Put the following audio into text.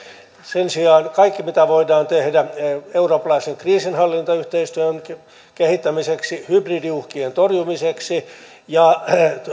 sen sijaan kaikki mitä voidaan tehdä eurooppalaisen kriisinhallintayhteistyön kehittämiseksi hybridiuhkien torjumiseksi ja